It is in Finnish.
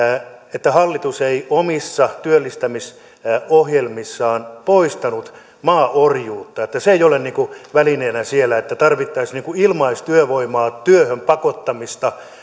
että hallitus ei omissa työllistämisohjelmissaan poistanut maaorjuutta että se ei ole niin kuin välineenä siellä että tarvittaisiin niin kuin ilmaistyövoimaa työhön pakottamista